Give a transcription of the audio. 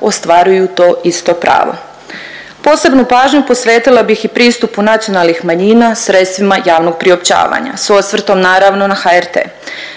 ostvaruju to isto pravo. Posebnu pažnju posvetila bih i pristupu nacionalnih manjina sredstvima javnog priopćavanja s osvrtom naravno na HRT.